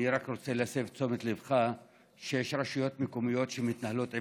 אני רק רוצה להסב את תשומת ליבך שיש רשויות מקומיות שמתנהלות עם